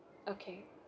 okay